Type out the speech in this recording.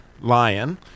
lion